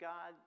God